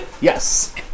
Yes